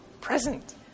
present